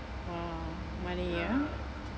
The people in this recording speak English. !wah! money ah